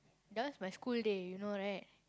that one is my school day you know right